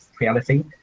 reality